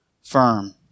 firm